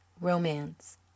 romance